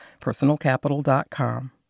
PersonalCapital.com